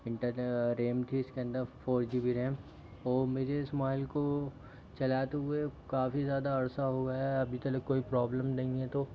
internal RAM थी इसके अंदर फ़ोर जी बी रैम और मुझे इस मोबाइल को चलाते हुए काफ़ी ज़्यादा अरसा हो गया है अभी तलक कोई प्रॉब्लम नहीं है तो